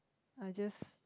I just